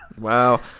Wow